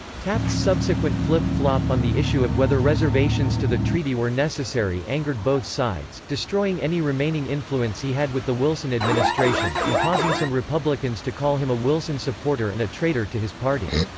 taft's subsequent flip-flop on the issue of whether reservations to the treaty were necessary angered both sides, destroying any remaining influence he had with the wilson administration, and causing some republicans to call him a wilson supporter and a traitor to his party.